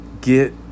get